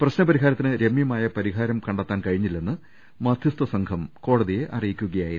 പ്രശ്ന പരിഹാരത്തിന് രമ്യമായ പരിഹാരം കണ്ടെത്താൻ കഴിഞ്ഞില്ലെന്ന് മധ്യസ്ഥ സംഘം കോടതിയെ അറിയിക്കുകയായിരുന്നു